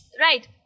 Right